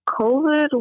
COVID